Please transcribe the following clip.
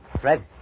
Fred